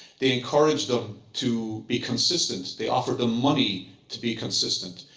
they encouraged them to be consistent, they offered them money to be consistent,